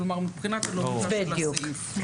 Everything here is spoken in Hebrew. כלומר מבחינת הלוגיקה של הסעיף.